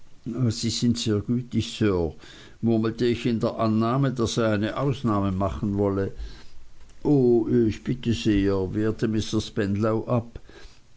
sie sind sehr gütig sir murmelte ich in der annahme daß er eine ausnahme machen wolle o ich bitte sehr wehrte mr spenlow ab